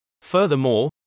Furthermore